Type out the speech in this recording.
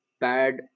bad